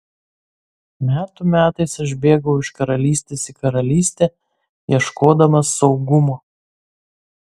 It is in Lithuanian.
metų metais aš bėgau iš karalystės į karalystę ieškodamas saugumo